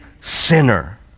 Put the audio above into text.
sinner